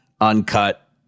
uncut